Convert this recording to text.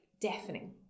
deafening